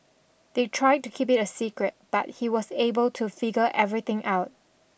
they tried to keep it a secret but he was able to figure everything out